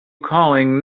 calling